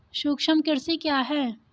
सूक्ष्म कृषि क्या है?